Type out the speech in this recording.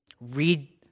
read